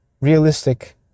realistic